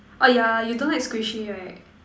oh yeah you don't like squishy right